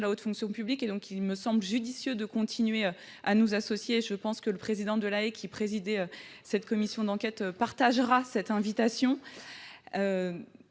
de la haute fonction publique. Il me semble donc judicieux de continuer à nous associer à vos travaux. Je pense que le président Delahaye, qui présidait cette commission d'enquête, partagera cette invitation.